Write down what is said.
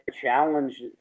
challenge